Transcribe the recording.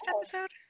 episode